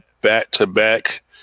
back-to-back